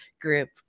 Group